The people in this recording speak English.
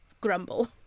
grumble